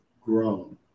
grown